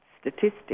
Statistics